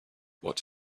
what